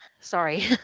Sorry